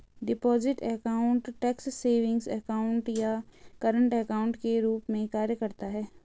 deposit account tax savings account या current account के रूप में कार्य करता है